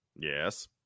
Yes